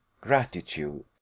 gratitude